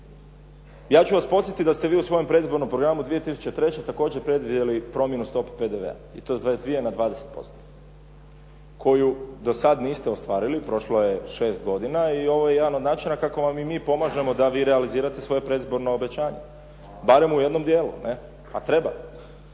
Ja ću vas podsjetiti da ste vi u predizbornom programu 2003. također predvidjeli promjenu stope PDV-a i to s 22 na 20% koju do sada niste ostvarili, prošlo je šest godina i ovo jedan od načina kako vam i mi pomažemo da vi realizirate svoje predizborno obećanje barem u jednom dijelu, a treba.